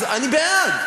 ואני בעד.